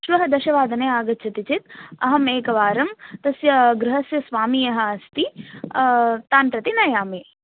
श्वः दशवादने आगच्छति चेत् अहम् एकवारं तस्य गृहस्य स्वामी यः अस्ति तान् प्रति नयामि